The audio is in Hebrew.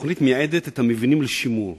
התוכנית מייעדת את המבנים לשימור.